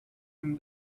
him